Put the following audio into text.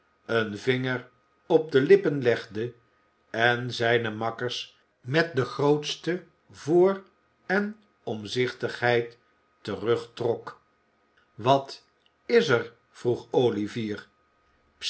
den vinger op de lippen legde en zijne makkers met de grootste voor en omzichtigheid terugtrok wat is er vroeg olivier